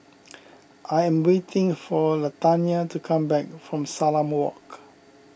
I am waiting for Latanya to come back from Salam Walk